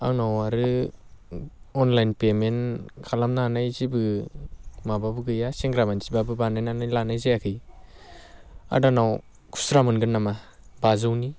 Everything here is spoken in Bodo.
आंनाव आरो अनलाइन पेमेन्ट खालामनानै जेबो माबाबो गैया सेंग्रा मानसिब्लाबो बानायनानै लानाय जायाखै आदानाव खुस्रा मोनगोन नामा बाजौनि